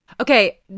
Okay